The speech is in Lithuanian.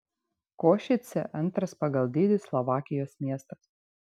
košicė antras pagal dydį slovakijos miestas